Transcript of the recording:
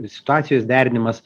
situacijos derinimas